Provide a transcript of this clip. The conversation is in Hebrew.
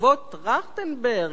בעקבות טרכטנברג,